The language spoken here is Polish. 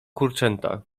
kurczęta